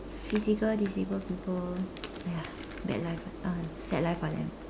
physical disabled people !aiya! bad life uh sad life for them